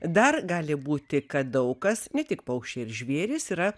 dar gali būti kad daug kas ne tik paukščiai ir žvėrys yra